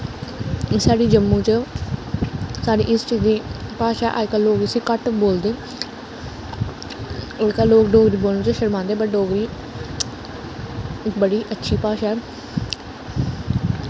साढ़े जम्मू च साढ़ी हिस्ट्री दी भाशा अजकल लोग इसी घट्ट बोलदे अजकल लोग डोगरी बोलने च शर्मांदे बट डोगरी बड़ी अच्छी भाशा ऐ